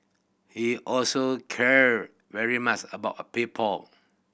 he also cared very much about a people